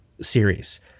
series